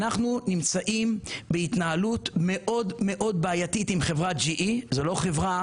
אנחנו נמצאים בהתנהלות מאוד בעייתית עם חברת GE. זוהי לא חברה